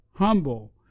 humble